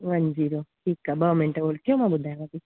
one zero ठीकु आहे ॿ मिन्ट रुकिजो मां ॿुधाया थी